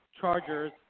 Chargers